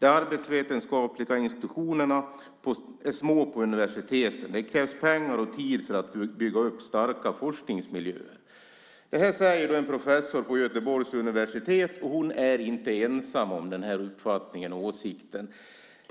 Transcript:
De arbetsvetenskapliga institutionerna är små på universiteten. Det krävs pengar och tid för att bygga upp starka forskningsmiljöer, säger hon." Det säger en professor på Göteborgs universitet, och hon är inte ensam om den uppfattningen och åsikten.